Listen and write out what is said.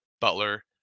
Butler